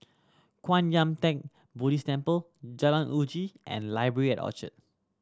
Kwan Yam Theng Buddhist Temple Jalan Uji and Library at Orchard